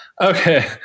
okay